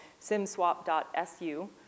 simswap.su